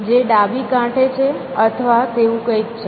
જે ડાબી કાંઠે છે અથવા તેવું કંઈક છે